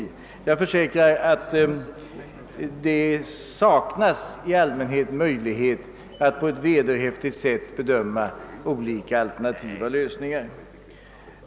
Jag försäkrar att det i allmänhet saknas möjlighet att på ett vederhäftigt sätt bedöma inverkan av sådana faktorer.